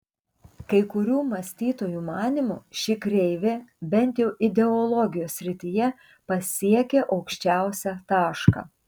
kai kurių mąstytojų manymu ši kreivė bent jau ideologijos srityje pasiekė aukščiausią tašką